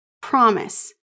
Promise